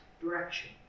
direction